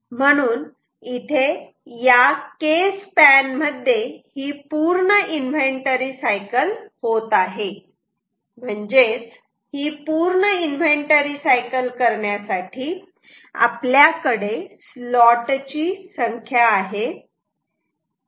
म्हणून इथे या K स्पॅन मध्ये ही पूर्ण इन्व्हेंटरी सायकल होत आहे म्हणजेच ही पूर्ण इन्व्हेंटरी सायकल करण्यासाठी आपल्याकडे स्लॉट ची संख्या आहे